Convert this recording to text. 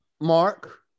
Mark